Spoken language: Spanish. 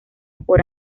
por